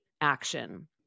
action